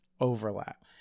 overlap